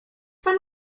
pan